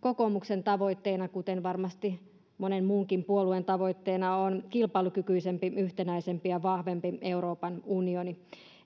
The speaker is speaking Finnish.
kokoomuksen tavoitteena kuten varmasti monen muunkin puolueen tavoitteena on kilpailukykyisempi yhtenäisempi ja vahvempi euroopan unioni